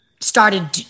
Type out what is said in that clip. started